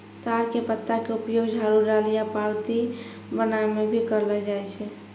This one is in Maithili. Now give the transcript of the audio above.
ताड़ के पत्ता के उपयोग झाड़ू, डलिया, पऊंती बनाय म भी करलो जाय छै